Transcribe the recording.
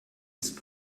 ist